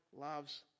loves